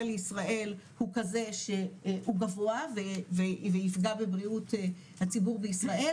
לישראל הוא כזה שהוא גבוה ויפגע בבריאות הציבור בישראל,